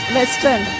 Western